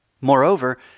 Moreover